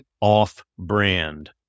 off-brand